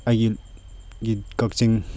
ꯑꯩꯒꯤ ꯀꯛꯆꯤꯡ